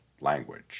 language